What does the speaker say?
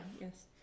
yes